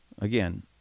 again